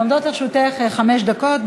עומדות לרשותך חמש דקות.